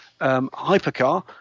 hypercar